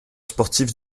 sportif